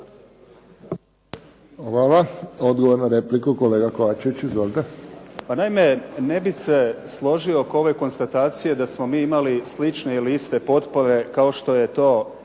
Hvala. Odgovor na repliku kolega Kovačević. Izvolite. **Kovačević, Dragan (HDZ)** Pa naime, ne bih se složio oko ove konstatacije da smo mi imali slične ili iste potpore kao što je to